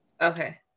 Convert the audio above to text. Okay